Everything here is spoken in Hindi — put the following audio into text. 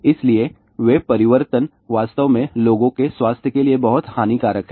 इसलिए वे परिवर्तन वास्तव में लोगों के स्वास्थ्य के लिए बहुत हानिकारक हैं